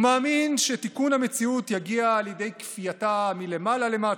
הוא מאמין שתיקון המציאות יגיע על ידי כפייתה מלמעלה למטה.